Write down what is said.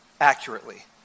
accurately